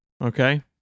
Okay